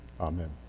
Amen